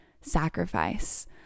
sacrifice